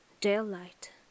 Daylight